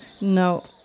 No